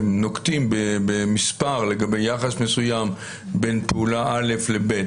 כשנוקטים במספר לגבי יחס מסוים בין פעולה א' ל-ב',